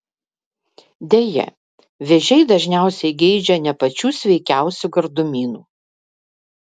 deja vėžiai dažniausiai geidžia ne pačių sveikiausių gardumynų